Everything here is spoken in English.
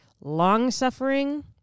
long-suffering